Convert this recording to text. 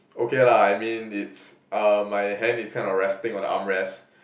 okay lah I mean it's uh my hand is kind of resting on the arm rest